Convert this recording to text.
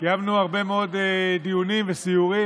קיימנו הרבה מאוד דיונים וסיורים,